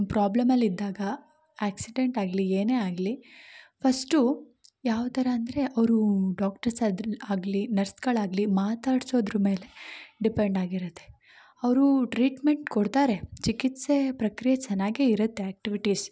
ಪ್ರಾಬ್ಲಮಲ್ಲಿ ಇದ್ದಾಗ ಆ್ಯಕ್ಸಿಡೆಂಟ್ ಆಗಲಿ ಏನೇ ಆಗಲಿ ಫಸ್ಟು ಯಾವ ಥರ ಅಂದರೆ ಅವರೂ ಡಾಕ್ಟರ್ಸಾದರೂ ಆಗಲಿ ನರ್ಸ್ಗಳಾಗಲಿ ಮಾತಾಡ್ಸೋದ್ರ ಮೇಲೆ ಡಿಪೆಂಡಾಗಿರುತ್ತೆ ಅವರು ಟ್ರೀಟ್ಮೆಂಟ್ ಕೊಡ್ತಾರೆ ಚಿಕಿತ್ಸೆ ಪ್ರಕ್ರಿಯೆ ಚೆನ್ನಾಗೇ ಇರುತ್ತೆ ಆ್ಯಕ್ಟಿವಿಟೀಸ್